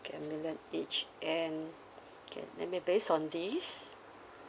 okay a million each and okay let me based on this